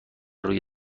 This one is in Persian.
روی